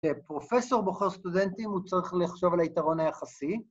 ‫כשפרופסור בוחר סטודנטים ‫הוא צריך לחשוב על היתרון היחסי.